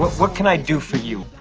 but what can i do for you?